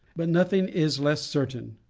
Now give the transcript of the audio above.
but nothing is less certain,